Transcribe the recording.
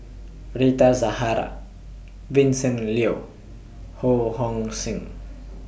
Rita Zahara Vincent Leow Ho Hong Sing